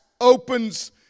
opens